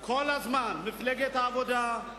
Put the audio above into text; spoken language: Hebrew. העבודה,